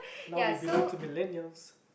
now we belong to millenials